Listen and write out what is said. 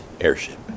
airship